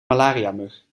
malariamug